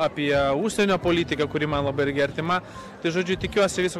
apie užsienio politiką kuri man labai irgi artima tai žodžiu tikiuosi viso